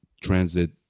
transit